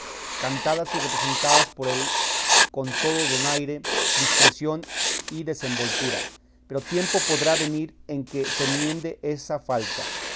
cantadas y representadas por él con todo donaire discreción y desenvoltura pero tiempo podrá venir en que se enmiende esa falta